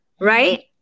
right